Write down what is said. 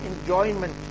enjoyment